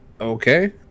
Okay